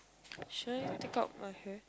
should I take out my hair